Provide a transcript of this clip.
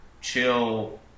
chill